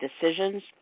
decisions